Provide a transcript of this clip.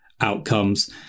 outcomes